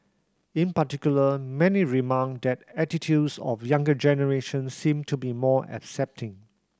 in particular many remarked that attitudes of younger generation seem to be more accepting